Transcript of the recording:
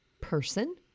person